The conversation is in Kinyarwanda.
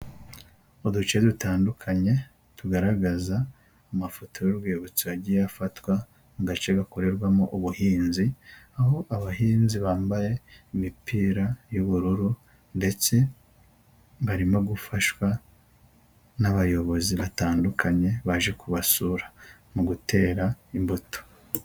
Mu duce dutandukanye tugaragaza amafoto y'urwibutso yagiye afatwa mu gace gakorerwamo ubuhinzi, aho abahinzi bambaye imipira y'ubururu ndetse barimo gufashwa n'abayobozi batandukanye, baje kubasura mu gutera imbuto.